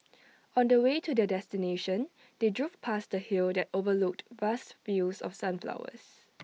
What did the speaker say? on the way to their destination they drove past A hill that overlooked vast fields of sunflowers